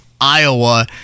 Iowa